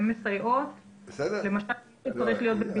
הן מסייעות למי שצריך להיות בבידוד ואין לו איפה להיות.